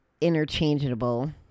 interchangeable